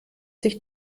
sich